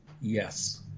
Yes